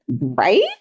Right